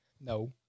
No